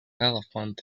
elephant